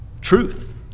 truth